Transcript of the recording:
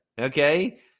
Okay